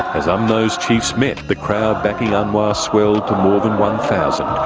as umno's chiefs met, the crowd backing anwar swelled to more than one thousand.